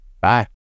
Bye